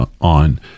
on